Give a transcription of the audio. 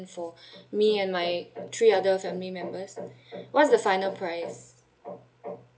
for me and my three other family members what's the final price